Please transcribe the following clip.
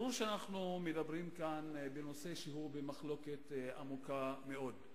ברור שאנחנו מדברים כאן על נושא שהוא במחלוקת עמוקה מאוד.